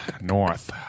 North